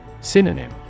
Synonym